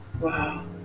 Wow